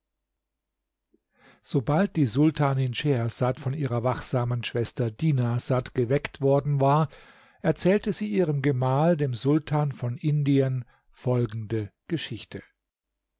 sobald die sultanin schehersad von ihrer wachsamen schwester dinarsad geweckt worden war erzählte sie ihrem gemahl dem sultan von indien folgende geschichte